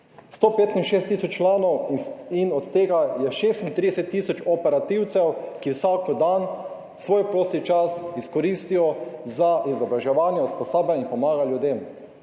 165 tisoč članov, od tega je 36 tisoč operativcev, ki vsak dan svoj prosti čas izkoristijo za izobraževanje, usposabljanje in pomagajo ljudem